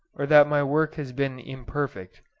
or that my work has been imperfect,